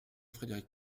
frédéric